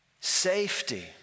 safety